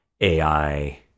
AI